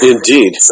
Indeed